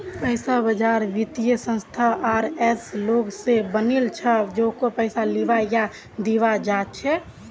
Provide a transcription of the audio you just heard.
पैसा बाजार वित्तीय संस्थानों आर ऐसा लोग स बनिल छ जेको पैसा लीबा या दीबा चाह छ